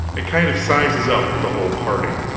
it kind of sizes up the whole party.